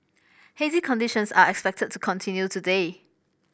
hazy conditions are expected to continue today